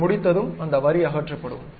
நீங்கள் முடித்ததும் அந்த வரி அகற்றப்படும்